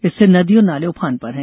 इससे नदी और नाले उफान पर हैं